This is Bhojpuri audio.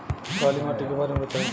काला माटी के बारे में बताई?